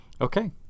Okay